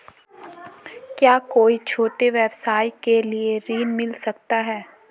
क्या कोई छोटे व्यवसाय के लिए ऋण मिल सकता है?